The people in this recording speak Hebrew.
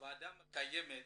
הוועדה מקיימת